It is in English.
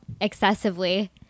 excessively